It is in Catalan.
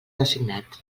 designat